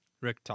Rick